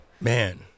Man